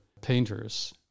painters